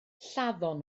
lladdon